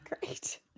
Great